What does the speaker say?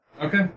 Okay